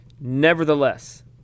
Nevertheless